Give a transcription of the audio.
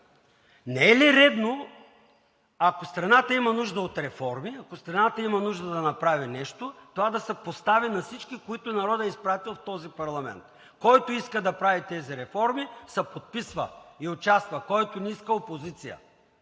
Не е ли редно, ако страната има нужда от реформи, ако страната има нужда да направи нещо, това да се постави на всички, които народът е изпратил в този парламент? Който иска да прави тези реформи, се подписва и участва, който не иска – опозиция.